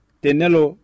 tenelo